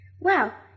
Wow